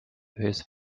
his